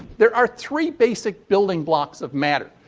there are three basic building blocks of matter.